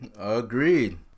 Agreed